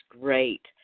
great